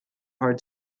hard